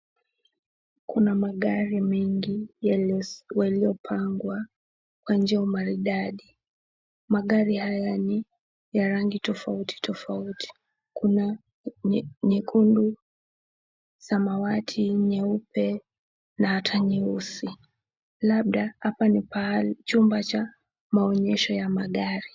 Kuna magari mengi waliopangwa kwa njia ya umaridadi. Magari haya ni ya rangi tofauti tofauti, kuna nyekundu, samawati, nyeupe na hata nyeusi. Labda hapa ni chumba cha maonyesho ya magari.